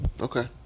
Okay